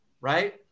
right